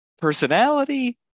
personality